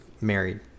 married